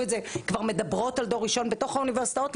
את זה ומדברות על דור ראשון בתוך האוניברסיטאות,